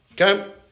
okay